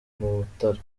mutara